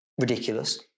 Ridiculous